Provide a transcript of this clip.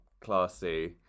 classy